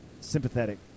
sympathetic